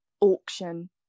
auction